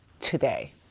today